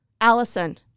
Allison